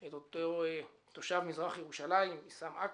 את אותו תושב מזרח ירושלים, עיסאם עקל,